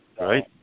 Right